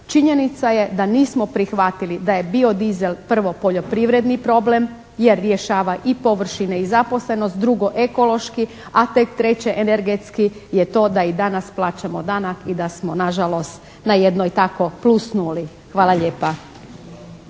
Činjenica je da nismo prihvatili da je bio-diesel prvo poljoprivredni problem jer rješava i površine i zaposlenost, drugo ekološki, a tek treće energetski je to da i danas plaćamo danak i da smo nažalost na jednoj tako plus nuli. Hvala lijepa.